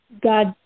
God